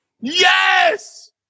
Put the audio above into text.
Yes